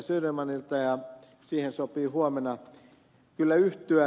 södermanilta ja siihen sopii huomenna kyllä yhtyä